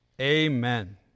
Amen